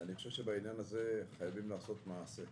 בעניין הזה חייבים לעשות מעשה.